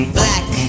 black